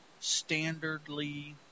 standardly